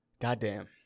Goddamn